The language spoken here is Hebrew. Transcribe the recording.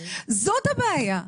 זאת הבעיה.